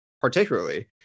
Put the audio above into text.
particularly